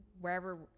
wherever